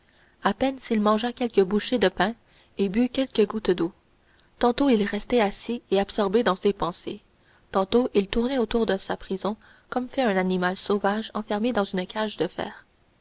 à peine s'il mangea quelques bouchées de pain et but quelques gouttes d'eau tantôt il restait assis et absorbé dans ses pensées tantôt il tournait tout autour de sa prison comme fait un animal sauvage enfermé dans une cage de fer